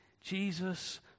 Jesus